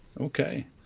Okay